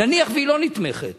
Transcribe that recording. נניח שהיא לא נתמכת,